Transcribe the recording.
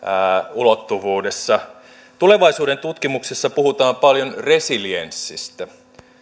ulottuvuudessa tulevaisuudentutkimuksissa puhutaan paljon resilienssistä